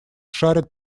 шарит